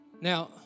Now